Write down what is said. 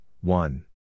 one